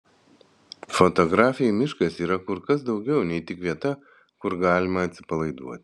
fotografei miškas yra kur kas daugiau nei tik vieta kur galima atsipalaiduoti